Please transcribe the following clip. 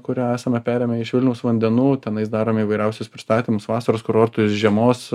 kurią esame perėmę iš vilniaus vandenų tenais darome įvairiausius pristatymus vasaros kurortus žiemos